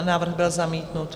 Návrh byl zamítnut.